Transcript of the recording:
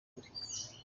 kure